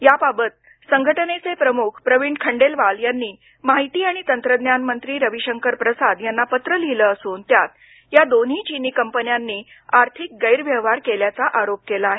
याबाबत संघटनेचे प्रमुख प्रवीण खंडेलवाल यांनी माहिती आणि तंत्रज्ञान मंत्री रवी शंकर प्रसाद यांना पत्र लिहील असून त्यात या दोन्ही चीनी कंपन्यानी आर्थिक गैरव्यवहार केल्याचा आरोप केला आहे